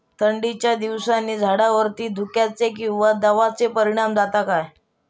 थंडीच्या दिवसानी झाडावरती धुक्याचे किंवा दवाचो परिणाम जाता काय?